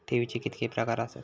ठेवीचे कितके प्रकार आसत?